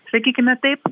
sakykime taip